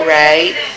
right